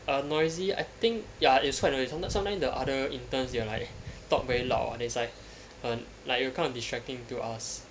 err noisy I think ya it's quite noisy sometimes sometimes the other interns they will like talk very loud ah then it's like um like kind of distracting to us